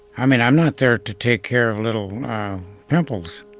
i mean, i'm not there to take care of little pimples.